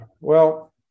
Well-